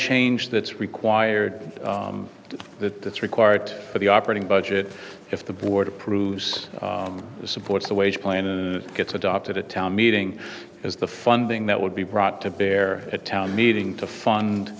change that's required that that's required for the operating budget if the board approves supports the wage plan and gets adopted a town meeting as the funding that would be brought to bear at town meeting to fund